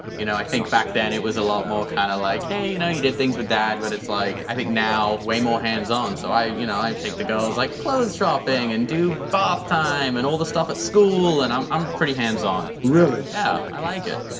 you know i think back then it was a lot more kinda like okay you know you did things with dad but it's like, i think now way more hands on. so i you know i take the girls like clothes shopping, and do bath time and all the stuff at school, and i'm um pretty hands on. really? yeah, i like it.